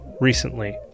recently